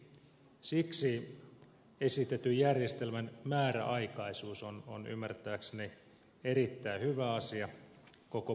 siksi esitetyn järjestelmän määräaikaisuus on ymmärtääkseni erittäin hyvä asia koko pankkijärjestelmän kannalta